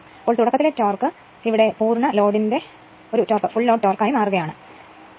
അതായത് തുടക്കത്തിലെ ഭ്രമണം തന്നെ ഇവിടെ മുഴുവൻ ലോഡിന്റെ ഭ്രമണം ആയി മാറുക ആണലോ